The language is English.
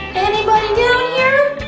anybody down here?